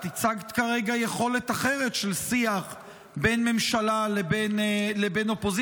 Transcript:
את הצגת כרגע יכולת אחרת של שיח בין ממשלה לבין אופוזיציה.